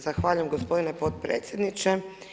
Zahvaljujem gospodine potpredsjedniče.